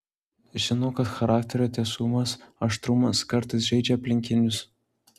žinau kad charakterio tiesumas aštrumas kartais žeidžia aplinkinius